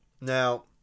Now